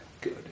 Good